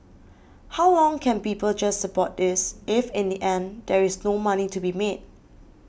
how long can people just support this if in the end there is no money to be made